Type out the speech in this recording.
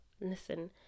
Listen